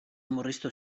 murriztu